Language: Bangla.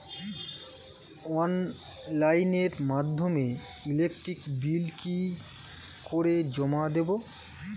অনলাইনের মাধ্যমে ইলেকট্রিক বিল কি করে জমা দেবো?